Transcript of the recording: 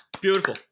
beautiful